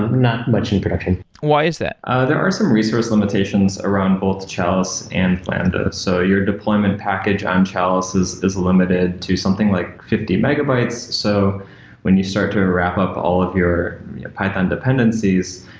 not much in production why is that? ah there are some resource limitations around both the chalice and lambda. so your deployment package on chalices is limited to something like fifty megabytes. so when you start to wrap up all of your python dependencies,